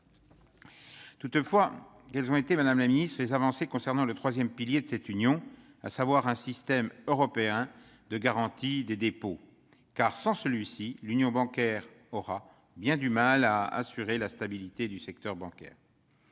Toutefois, quelles ont été, madame la secrétaire d'État, les avancées concernant le troisième pilier de cette union, à savoir un système européen de garantie des dépôts ? Sans celui-ci, l'union bancaire aura bien du mal à assurer la stabilité du secteur bancaire.